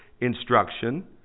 instruction